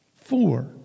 Four